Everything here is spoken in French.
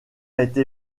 été